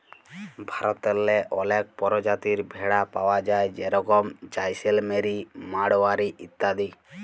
ভারতেল্লে অলেক পরজাতির ভেড়া পাউয়া যায় যেরকম জাইসেলমেরি, মাড়োয়ারি ইত্যাদি